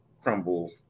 crumble